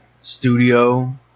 studio